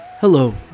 Hello